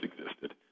existed